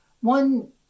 One